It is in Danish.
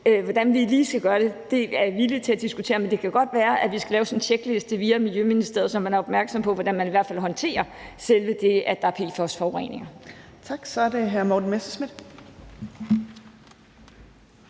Hvordan vi lige skal gøre det, er jeg villig til at diskutere, men det kan godt være, at vi skal lave sådan en tjekliste via Miljøministeriet, så man er opmærksom på, hvordan man i hvert fald håndterer selve det, at der er PFOS-forureninger. Kl. 13:07 Tredje næstformand